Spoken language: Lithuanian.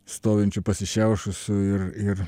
stovinčių pasišiaušusių ir ir